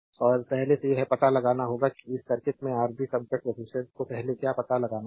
और पहले यह पता लगाना होगा कि इस सर्किट के आरएबी समकक्ष रेजिस्टेंस को पहले क्या पता लगाना होगा